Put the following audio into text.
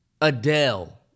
Adele